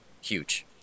huge